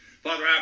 Father